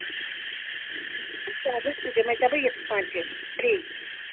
سُہ دِمَے ژےٚ بہٕ یِتھ کٔٹھۍ تہِ فِرٛی